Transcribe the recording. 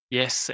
Yes